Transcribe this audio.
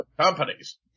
companies